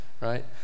right